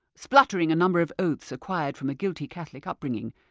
spluttering a number of oaths acquired from a guilty catholic upbringing,